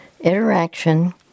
interaction